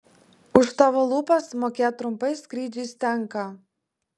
už tavo lūpas mokėt trumpais skrydžiais tenka